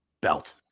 belt